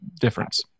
difference